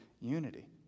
unity